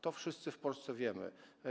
To wszyscy w Polsce wiemy.